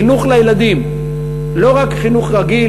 חינוך לילדים, לא רק חינוך רגיל.